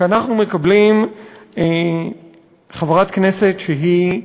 כי אנחנו מקבלים חברת כנסת שהיא,